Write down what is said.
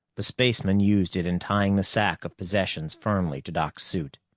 the spaceman used it in tying the sack of possessions firmly to doc's suit.